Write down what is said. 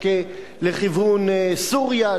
לכיוון סוריה,